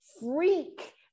freak